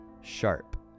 sharp